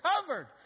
covered